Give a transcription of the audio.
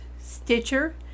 Stitcher